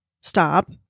stop